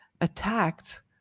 attacked